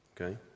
okay